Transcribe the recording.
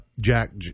Jack